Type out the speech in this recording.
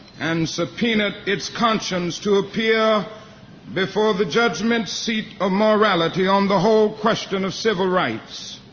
and subpoenaed its conscience to appear before the judgment seat of morality on the whole question of civil rights.